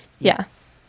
yes